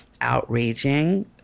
outraging